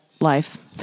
life